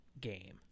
game